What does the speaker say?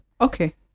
Okay